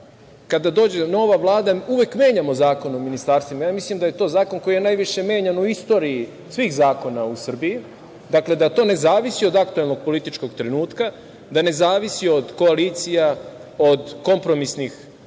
kada dođe nova Vlada, uvek menjamo Zakon o ministarstvima. Ja mislim da je to zakon koji je najviše menjan u istoriji svih zakona u Srbiji, dakle, da to ne zavisi od aktuelnog političkog trenutka, da ne zavisi od koalicija, od nekakvih